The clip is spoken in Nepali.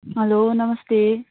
हेलो नमस्ते